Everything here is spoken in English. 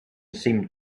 seemed